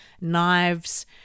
knives